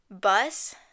bus